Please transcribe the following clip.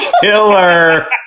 Killer